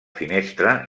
finestra